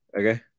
Okay